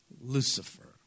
Lucifer